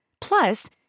Plus